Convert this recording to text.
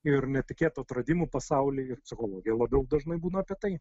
ir netikėtų atradimų pasauly ir psichologija labiau dažnai būna apie tai